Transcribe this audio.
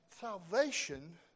salvation